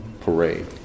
parade